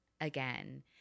again